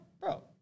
bro